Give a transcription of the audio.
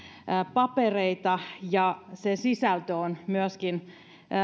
papereita ja sen sisältö on myöskin